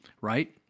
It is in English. right